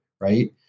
right